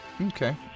Okay